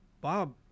Bob